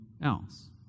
else